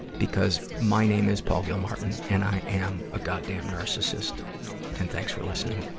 because my name is paul gilmartin, and i am a goddamn narcissist. and thanks for listening.